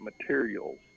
materials